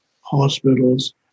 hospitals